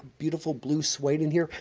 beautiful blue suede in here.